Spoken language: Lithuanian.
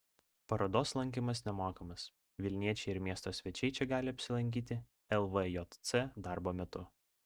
parodos lankymas nemokamas vilniečiai ir miesto svečiai čia gali apsilankyti lvjc darbo metu